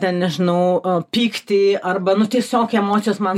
ten nežinau o pyktį arba nu tiesiog emocijos man